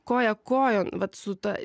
koja kojon vat su ta